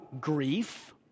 grief